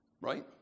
Right